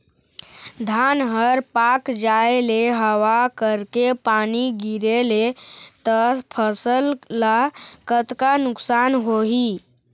धान हर पाक जाय ले हवा करके पानी गिरे ले त फसल ला कतका नुकसान होही?